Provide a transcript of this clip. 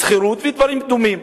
לשכירות ודברים דומים,